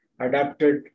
adapted